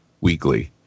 weekly